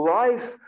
life